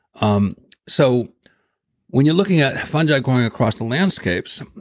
um so when you're looking at fungi going across the landscapes,